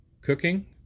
cooking